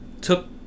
took